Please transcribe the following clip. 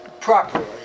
properly